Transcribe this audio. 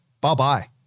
bye-bye